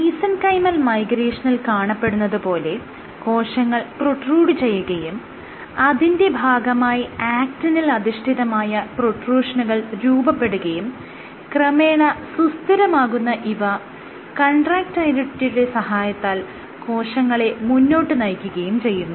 mesenchymal മൈഗ്രേഷനിൽ കാണപ്പെടുന്നത് പോലെ കോശങ്ങൾ പ്രൊട്രൂഡ് ചെയ്യുകയും അതിന്റെ ഭാഗമായി ആക്റ്റിനിൽ അധിഷ്ഠിതമായ പ്രൊട്രൂഷനുകൾ രൂപപ്പെടുകയും ക്രമേണ സുസ്ഥിരമാകുന്ന ഇവ കൺട്രാക്ടയിലിറ്റിയുടെ സഹായത്താൽ കോശങ്ങളെ മുന്നോട്ട് നയിക്കുകയും ചെയ്യുന്നു